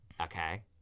Okay